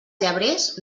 llebrers